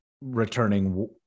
returning